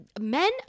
men